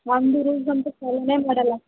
ಒಂದು ರೂಲ್ಸ್ ಅಂತು ಫಾಲೋನೆ ಮಾಡೋಲ್ಲ